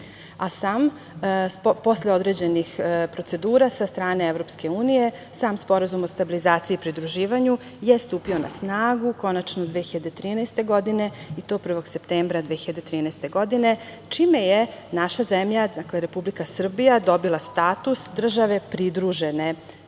sa EU.Posle određenih procedura sa strane EU sam Sporazum o stabilizaciji i pridruživanju je stupio na snagu konačno 2013. godine i to 1. septembra 2013. godine, čime je naša zemlja, Republika Srbija dobila status države pridružene